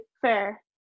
fair